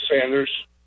Sanders